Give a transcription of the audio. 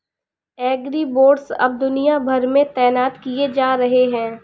agribots अब दुनिया भर में तैनात किए जा रहे हैं